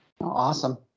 Awesome